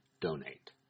donate